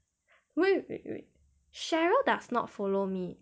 wait wait wait wait cheryl does not follow me